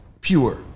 pure